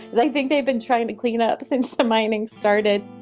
they think they've been trying to clean up since the mining started